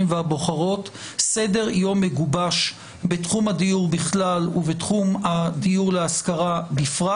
סדר יום מגובש בתחום הדיור בכלל ובתחום הדיור להשכרה בפרט.